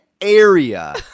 area